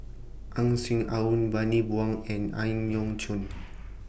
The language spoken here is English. Ang Swee Aun Bani Buang and Ang Yau Choon